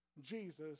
Jesus